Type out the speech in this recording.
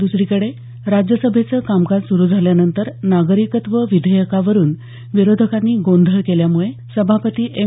दुसरीकडे राज्यसभेचं कामकाज सुरू झाल्यानंतर नागरिकत्व विधेयकावरून विरोधकांनी गोंधळ केल्यामुळे सभापती एम